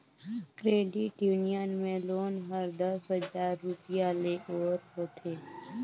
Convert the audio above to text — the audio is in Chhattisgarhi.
क्रेडिट यूनियन में लोन हर दस हजार रूपिया ले ओर होथे